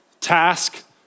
Task